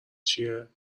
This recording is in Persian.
چیه